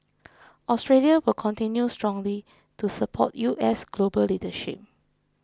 Australia will continue strongly to support U S global leadership